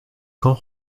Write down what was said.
quand